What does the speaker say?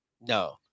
No